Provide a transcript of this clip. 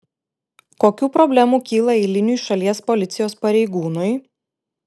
kokių problemų kyla eiliniui šalies policijos pareigūnui